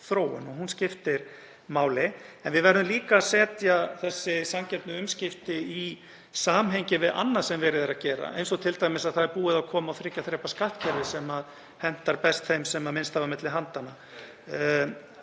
þróun, hún skiptir máli. En við verðum líka að setja þessi sanngjörnu umskipti í samhengi við annað sem verið er að gera, eins og t.d. að það er búið að koma á þriggja þrepa skattkerfi sem hentar best þeim sem minnst hafa milli handanna,